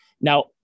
Now